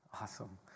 Awesome